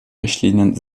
richtlinien